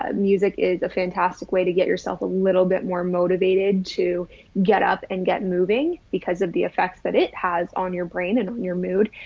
um music is a fantastic way to get yourself a little bit more motivated to get up and get moving because of the effects that it has on your brain and on your mood.